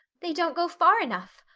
they don't go far enough.